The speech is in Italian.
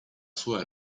sua